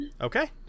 Okay